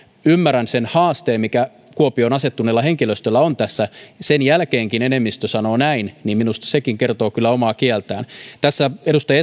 ymmärrän sen haasteen mikä kuopioon asettuneella henkilöstöllä on tässä kun sen jälkeenkin enemmistö sanoo näin niin minusta sekin kertoo kyllä omaa kieltään tässä edustaja